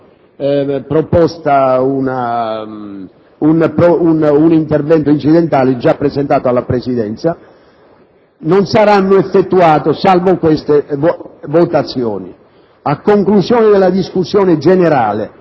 avanzata una questione incidentale, già presentata alla Presidenza), non saranno effettuate, salvo questa, votazioni. A conclusione della discussione generale,